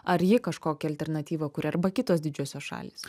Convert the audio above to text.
ar ji kažkokią alternatyvą kuria arba kitos didžiosios šalys